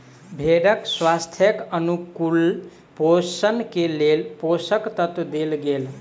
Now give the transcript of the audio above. भेड़क स्वास्थ्यक अनुकूल पोषण के लेल पोषक तत्व देल गेल